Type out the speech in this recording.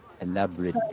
elaborate